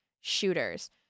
shooters